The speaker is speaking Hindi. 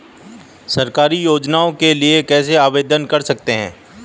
सरकारी योजनाओं के लिए कैसे आवेदन कर सकते हैं?